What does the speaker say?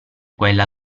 quella